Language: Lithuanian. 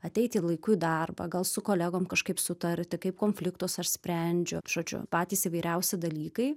ateiti laiku į darbą gal su kolegom kažkaip sutarti kaip konfliktus aš sprendžiu žodžiu patys įvairiausi dalykai